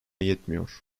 yetmiyor